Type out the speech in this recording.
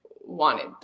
wanted